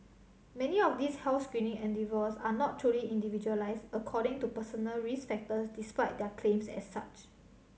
many of these health screening endeavours are not truly individualised according to personal risk factors despite their claims as such